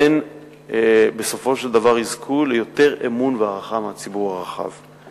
הן בסופו של דבר יזכו ליותר אמון והערכה מהציבור הרחב.